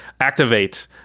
activate